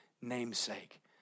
namesake